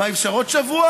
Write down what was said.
מה, אי-אפשר עוד שבוע,